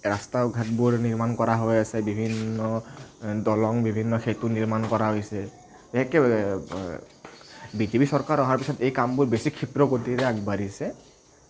ৰাস্তা ঘাটবোৰ নিৰ্মাণ কৰা হৈ আছে বিভিন্ন দলং বিভিন্ন সেতু নিৰ্মাণ কৰা হৈছে বিশেষকে বি জে পি চৰকাৰ অহাৰ পিছত এই কামবোৰ বেছি ক্ষিপ্ৰ গতিৰে আগবাঢ়িছে